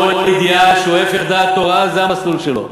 כל אידיאל שהוא הפך דעת תורה זה המסלול שלו,